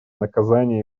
наказания